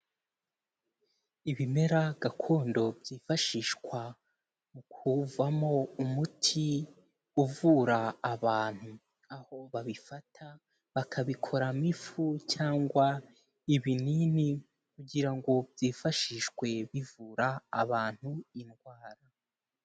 Ibimera gakondo byifashishwa mu kuvamo umuti uvura abantu, aho babifata bakabikoramo ifu cyangwa ibinini kugira ngo byifashishwe bivura abantu indwara.